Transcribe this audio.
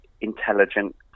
intelligent